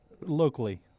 Locally